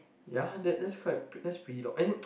ya that that's quite that's pretty long as in